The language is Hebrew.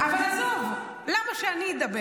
אבל עזוב, למה שאני אדבר?